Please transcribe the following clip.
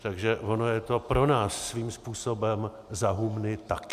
Takže ono je to pro nás svým způsobem za humny také.